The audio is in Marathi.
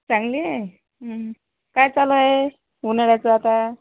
चांगली आहे काय चालू आहे उन्हाळ्याचं आता